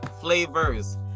Flavors